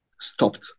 stopped